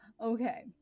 Okay